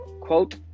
quote